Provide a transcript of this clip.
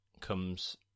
comes